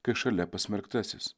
kai šalia pasmerktasis